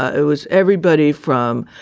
it was everybody from,